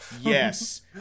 Yes